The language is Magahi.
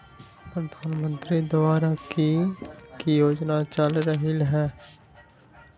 प्रधानमंत्री द्वारा की की योजना चल रहलई ह?